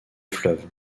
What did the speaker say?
fleuve